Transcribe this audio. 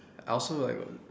I also like